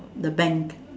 the bank